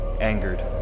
Angered